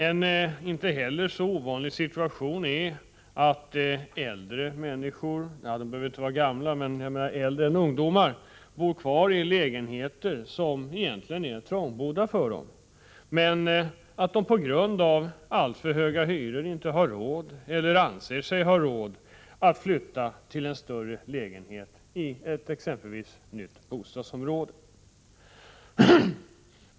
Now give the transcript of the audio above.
En inte heller så ovanlig situation är att äldre människor — de behöver inte vara gamla men äldre än ungdomar — bor kvar i lägenheter som egentligen är trångbodda för dem men att de på grund av alltför höga hyror inte har råd, eller anser sig inte ha råd, att flytta till en större lägenhet i exempelvis ett nytt bostadsområde.